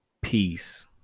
peace